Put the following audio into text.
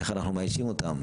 איך אנחנו מאיישים אותם.